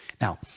Now